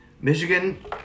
Michigan